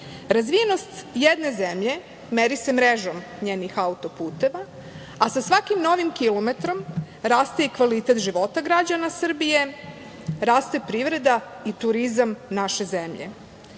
puteve. Razvijenost jedne zemlje meri se mrežom njenih autoputeva, a sa svakim novim kilometrom raste i kvalitet života građana Srbije, raste privreda i turizam naše zemlje. Novi